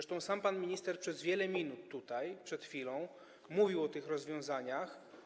Sam pan minister przez wiele minut mówił przed chwilą o tych rozwiązaniach.